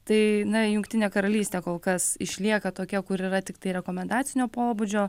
tai na jungtinė karalystė kol kas išlieka tokia kur yra tiktai rekomendacinio pobūdžio